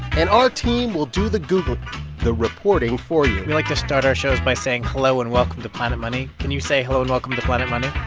and our team will do the google the reporting for you we like to start our shows by saying hello, and welcome to planet money. can you say hello, and welcome to planet money?